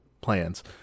plans